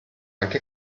anche